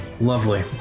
Lovely